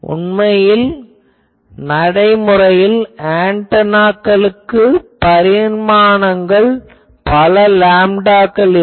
உண்மையில் நடைமுறையில் ஆன்டெனாக்களுக்கு பரிமாணங்கள் பல லேம்டாக்கள் இருக்கும்